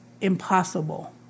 impossible